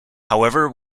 however